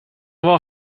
vad